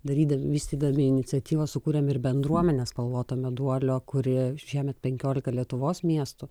darydami vystydami iniciatyvą sukūrėm ir bendruomenę spalvoto meduolio kurie šiemet penkiolika lietuvos miestų